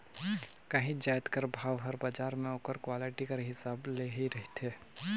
काहींच जाएत कर भाव हर बजार में ओकर क्वालिटी कर हिसाब ले ही रहथे